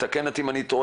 ותקן אתי אם אני טועה,